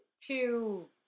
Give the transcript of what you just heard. two